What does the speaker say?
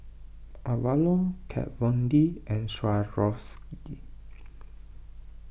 Avalon Kat Von D and Swarovski